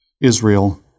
Israel